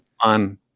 on